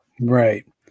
right